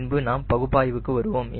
பின்பு நாம் பகுப்பாய்வுக்கு வருவோம்